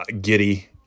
giddy